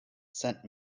sent